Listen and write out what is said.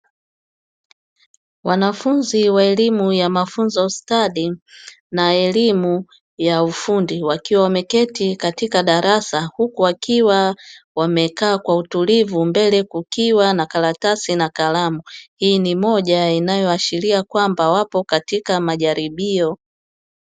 Wanafunzi wa elimu ya mafunzo stadi na elimu ya ufundi wakiwa wameketi katika darasa huku wakiwa wamekaa kwa utulivu mbele kukiwa na karatasi na kalamu. Hii ni moja inayoashiria kwamba wapo katika majaribio.